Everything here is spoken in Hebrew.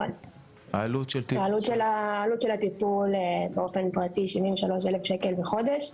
העלות של הטיפול באופן פרטי היא כ-73,000 שקלים בחודש.